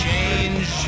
Change